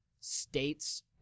states